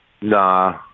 Nah